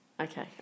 Okay